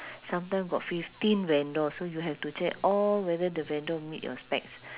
sometime got fifteen vendors so you have to check all whether the vendor meet your specs